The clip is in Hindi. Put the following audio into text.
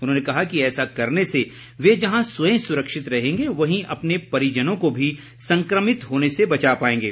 उन्होंने कहा कि ऐसा करने से वे जहां स्वयं सुरक्षित रहेंगे वहीं अपने परिजनों को भी संक्रमित होने से बचा पाएंगे